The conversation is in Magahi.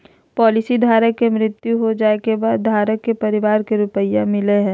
पॉलिसी धारक के मृत्यु हो जाइ के बाद धारक के परिवार के रुपया मिलेय हइ